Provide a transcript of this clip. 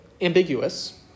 ambiguous